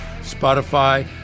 Spotify